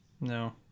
No